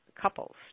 couples